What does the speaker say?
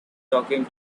talking